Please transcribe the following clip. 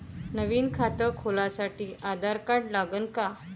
नवीन खात खोलासाठी आधार कार्ड लागन का?